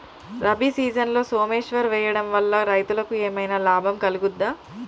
రబీ సీజన్లో సోమేశ్వర్ వేయడం వల్ల రైతులకు ఏమైనా లాభం కలుగుద్ద?